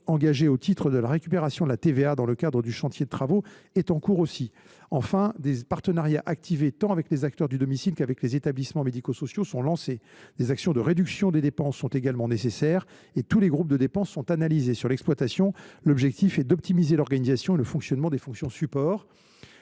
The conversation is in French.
engagée au titre de la récupération de la TVA dans le cadre du chantier de travaux. Enfin, des partenariats ont été activés avec tant les acteurs du domicile que les établissements médico sociaux. Des actions de réduction des dépenses étant également nécessaires, tous les groupes de dépenses sont analysés. En matière d’exploitation, l’objectif est d’optimiser l’organisation et le fonctionnement des fonctions supports.